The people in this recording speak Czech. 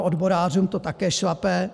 Odborářům to také šlape.